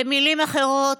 במילים אחרות,